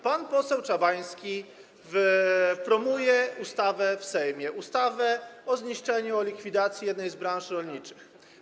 Pan poseł Czabański promuje ustawę w Sejmie, ustawę o zniszczeniu, o likwidacji jednej z branż rolniczych.